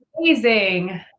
amazing